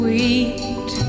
Sweet